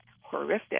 horrific